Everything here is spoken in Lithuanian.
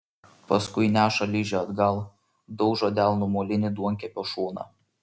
paskui neša ližę atgal daužo delnu molinį duonkepio šoną